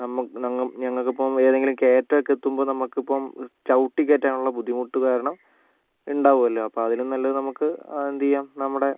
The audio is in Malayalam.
നമുക്ക് ഞങ്ങക്ക് ഞങ്ങൾക്ക് ഇപ്പൊൾ ഏതെങ്കിലും കയറ്റം ഒക്കെ എത്തുമ്പോൾ നമുക്ക് ഇപ്പോൾ ചവിട്ടി കയറ്റാൻ ഉള്ള ബുദ്ധിമുട്ട് കാരണം ഉണ്ടാകുമല്ലോ അപ്പൊൾ അതിലും നല്ലത് നമുക്ക് എന്ത് ചെയ്യാം നമ്മുടെ